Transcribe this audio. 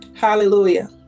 Hallelujah